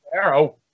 Arrow